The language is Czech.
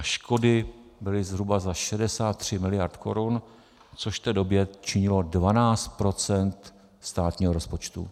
Škody byly zhruba za 63 mld. korun, což v té době činilo 12 % státního rozpočtu.